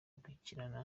gukinana